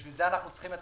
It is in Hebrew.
לכן אנו צריכים את